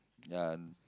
ya